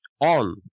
on